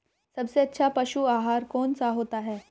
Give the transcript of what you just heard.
सबसे अच्छा पशु आहार कौन सा होता है?